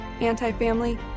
anti-family